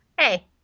hey